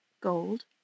gold